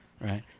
Right